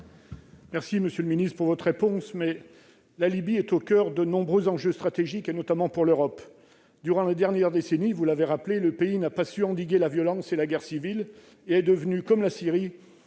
Merci, monsieur le ministre, de votre réponse, mais la Libye est au coeur de nombreux enjeux stratégiques, notamment pour l'Europe. Durant la dernière décennie, le pays n'a pas su endiguer la violence et la guerre civile. Il est devenu, comme la Syrie,